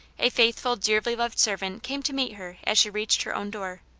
a faithful, dearly loved servant came to meet her as she reached her own door.